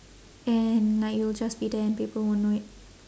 and like you'll just be there and people won't know it